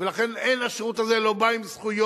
לכן השירות הזה לא בא עם זכויות